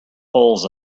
holes